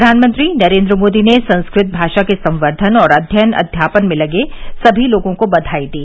प्रधानमंत्री नरेन्द्र मोदी ने संस्कृत भाषा के संवर्धन और अध्ययन अध्यापन में लगे सभी लोगों को बधाई दी